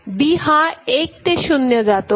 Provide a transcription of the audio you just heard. B हा एक ते शून्य जातो